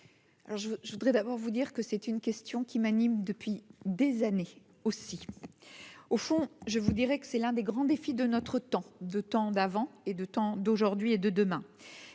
je voudrais d'abord vous dire que c'est une question qui m'anime depuis des années aussi, au fond, je vous dirais que c'est l'un des grands défis de notre temps de temps d'avant et de temps, d'aujourd'hui et de demain,